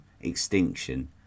extinction